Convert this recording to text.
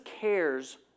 cares